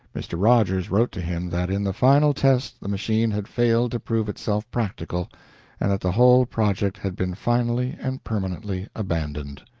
mr. rogers wrote to him that in the final test the machine had failed to prove itself practical and that the whole project had been finally and permanently abandoned.